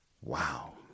Wow